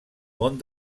món